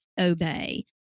obey